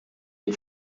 den